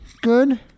good